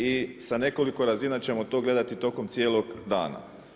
I sa nekoliko razina ćemo to gledati tokom cijelog dana.